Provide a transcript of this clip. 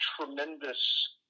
tremendous